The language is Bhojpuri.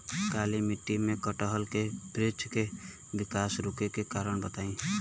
काली मिट्टी में कटहल के बृच्छ के विकास रुके के कारण बताई?